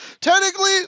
Technically